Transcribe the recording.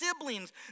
siblings